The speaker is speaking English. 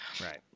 right